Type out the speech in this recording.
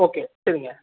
okay சரிங்யா